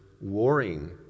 warring